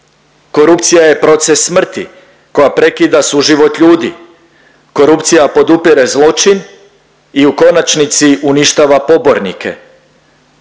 korupcija je proces smrti koja prekida suživot ljudi, korupcija podupire zločin i u konačnici uništava pobornike.